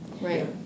Right